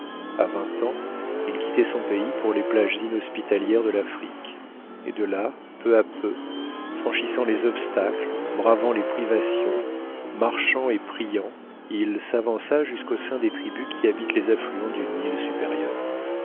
à vingt ans il quittait son pays pour les plages inhospitalières de l'afrique et de là peu à peu franchissant les obstacles bravant les privations marchant et priant il s'avança jusqu'au sein des tribus qui habitent les affluents du nil supérieur